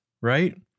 Right